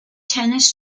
tennis